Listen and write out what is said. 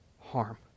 harm